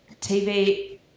TV